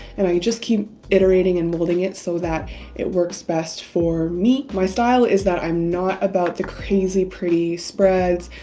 and i just keep iterating and molding it so that it works best for me. my style is that i'm not about the crazy, pretty spreads,